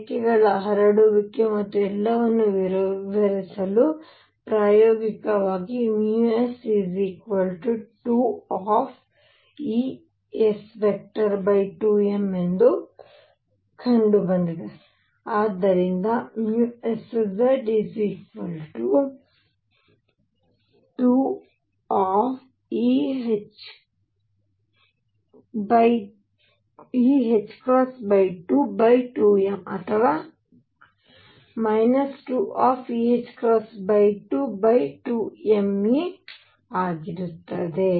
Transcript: ರೇಖೆಗಳ ಹರಡುವಿಕೆ ಮತ್ತು ಎಲ್ಲವನ್ನೂ ವಿವರಿಸಲು ಪ್ರಾಯೋಗಿಕವಾಗಿ s2ಎಂದು ಕಂಡುಬಂದಿದೆ ಆದ್ದರಿಂದ sZ2eℏ22m ಅಥವಾ 2eℏ22meಆಗಿರುತ್ತದೆ